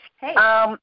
Hey